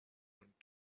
want